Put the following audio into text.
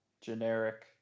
generic